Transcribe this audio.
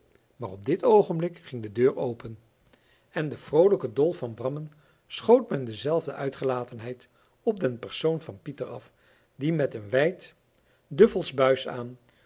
maar op dit oogenblik ging de deur open en de vroolijke dolf van brammen schoot met dezelfde uitgelatenheid op den persoon van pieter af die met een wijd duffelsch buis aan